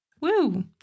Woo